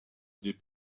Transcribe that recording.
des